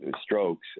strokes